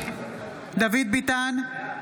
בעד בועז ביסמוט,